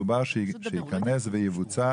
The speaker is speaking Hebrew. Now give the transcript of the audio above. דובר שייכנס ויבוצע,